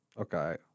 Okay